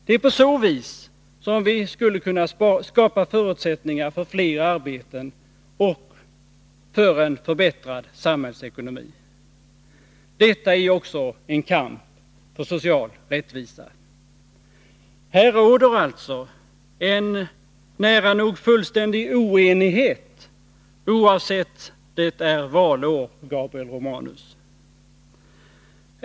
Det är på så vis vi skulle kunna skapa förutsättningar för fler arbeten och för en förbättrad samhällsekonomi. Detta är också en kamp för social rättvisa. Här råder alltså en nära nog fullständig oenighet, oavsett att det är valår, Gabriel Romanus.